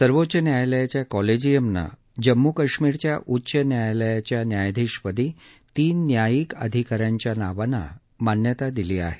सर्वोच्च न्यायालयाच्या कॉलेजियमनं जम्मू कश्मिरच्या उच्च न्यायालयाचा न्यायाधिश पदी तीन न्यायिक अधिका यांच्या नावांना मान्यता दिली आहे